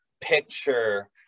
picture